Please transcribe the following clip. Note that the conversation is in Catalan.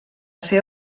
ser